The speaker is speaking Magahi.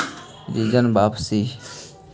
ऋण वापसी?